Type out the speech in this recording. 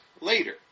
later